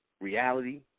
reality